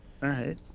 right